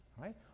Right